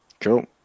Cool